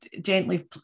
gently